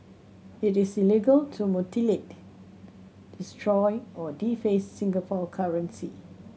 it is illegal to mutilate destroy or deface Singapore currency